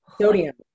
Sodium